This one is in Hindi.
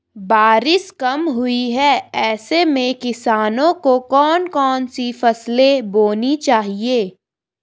बारिश कम हुई है ऐसे में किसानों को कौन कौन सी फसलें बोनी चाहिए?